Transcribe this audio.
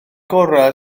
gorau